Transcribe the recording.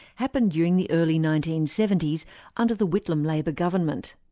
happened during the early nineteen seventy s under the whitlam labor government.